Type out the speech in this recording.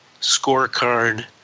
scorecard